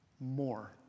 More